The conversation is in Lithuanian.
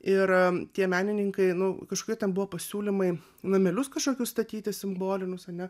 ir tie menininkai nu kažkokie ten buvo pasiūlymai namelius kažkokius statyti simbolius ane